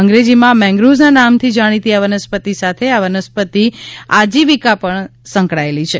અંગ્રેજીમાં મેનગ્રુવના નામથી જાણીતી આ વનસ્પતિ સાથે આ વનસ્પતિ સાથે આજીવિકા પણ સંકળાયેલી છે